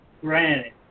granted